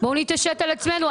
בואו נתעשת על עצמנו.